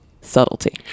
subtlety